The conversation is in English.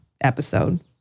episode